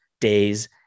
days